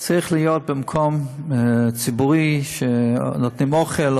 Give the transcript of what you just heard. זה צריך להיות במקום ציבורי שנותנים בו אוכל,